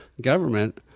government